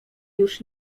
już